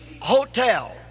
hotel